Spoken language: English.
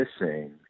missing –